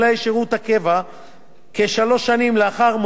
כשלוש שנים לאחר מועד המעבר בשירות המדינה,